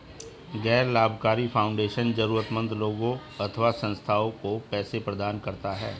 गैर लाभकारी फाउंडेशन जरूरतमन्द लोगों अथवा संस्थाओं को पैसे प्रदान करता है